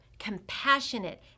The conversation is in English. compassionate